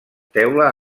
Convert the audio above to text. teula